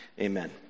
amen